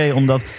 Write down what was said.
omdat